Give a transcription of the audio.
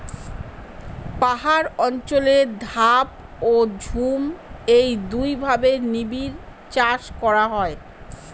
পাহাড় অঞ্চলে ধাপ ও ঝুম এই দুইভাবে নিবিড়চাষ করা হয়